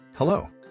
Hello